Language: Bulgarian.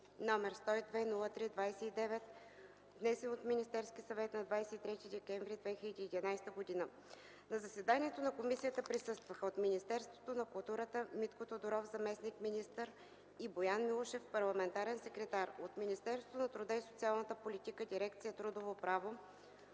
№ 102-03-29, внесен от Министерски съвет на 23 декември 2011 г. На заседанието на комисията присъстваха: от Министерството на културата – Митко Тодоров, заместник-министър, и Боян Милушев, парламентарен секретар; от Министерството на труда и социалната политика, дирекция „Трудово право,